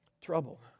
trouble